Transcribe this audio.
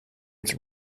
its